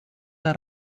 der